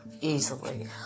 easily